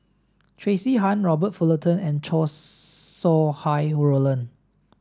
Tracey Tan Robert Fullerton and Chow Sau Hai Roland